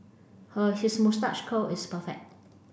a his moustache curl is perfect